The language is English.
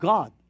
God